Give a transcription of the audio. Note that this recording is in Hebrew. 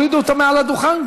הורידו אותם גם מעל הדוכן.